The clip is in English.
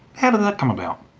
how did that come about?